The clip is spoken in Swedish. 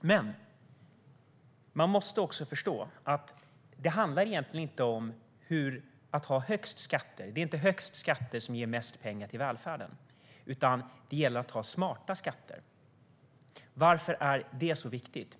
Men man måste också förstå att det egentligen inte handlar om att ha högst skatter. Det är inte högst skatter som ger mest pengar till välfärden, utan det gäller att ha smarta skatter. Varför är det så viktigt?